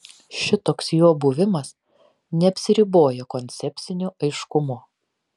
šitoks jo buvimas neapsiriboja koncepciniu aiškumu